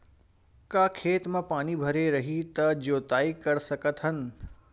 का खेत म पानी भरे रही त जोताई कर सकत हन?